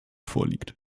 vorliegt